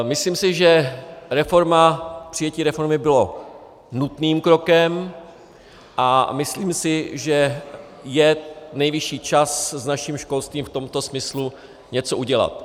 Myslím si, že přijetí reformy bylo nutným krokem, a myslím si, že je nejvyšší čas s naším školstvím v tomto smyslu něco udělat.